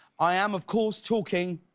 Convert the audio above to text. i am, of course, talking